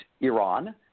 Iran